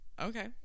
Okay